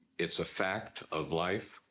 it's a fact of life,